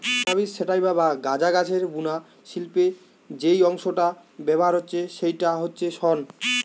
cannabis sativa বা গাঁজা গাছের বুনা শিল্পে যেই অংশটা ব্যাভার হচ্ছে সেইটা হচ্ছে শন